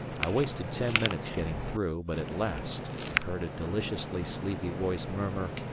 i wasted ten minutes getting through, but at last i heard a deliciously sleepy voice murmur,